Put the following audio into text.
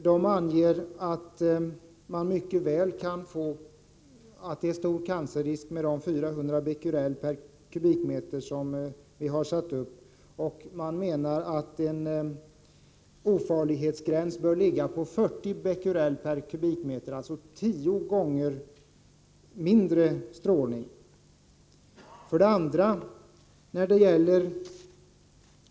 De anger att det föreligger cancerrisk även med det gränsvärde på 400 Bq m?, alltså tio gånger mindre strålning.